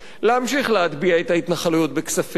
להמשיך להטביע את ההתנחלויות בכספים,